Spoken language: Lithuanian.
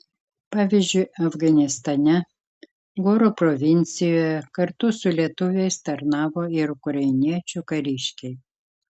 pavyzdžiui afganistane goro provincijoje kartu su lietuviais tarnavo ir ukrainiečių kariškiai